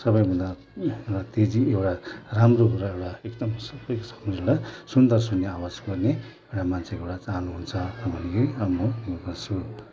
सबैभन्दा त्यो चाहिँ एउटा राम्रो हो र एउटा एकदम सुन्दर सुन्ने आवाज गर्ने एउटा मान्छेको एउटा चाहना हुन्छ भन्ने अब म यो गर्छु